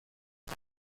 سرت